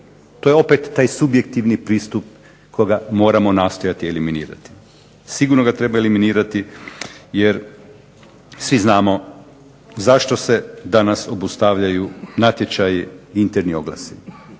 To je opet taj subjektivni pristup koga moramo nastojati eliminirati. Sigurno ga treba eliminirati jer svi znamo zašto se danas obustavljaju natječaji interni oglasi.